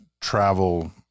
travel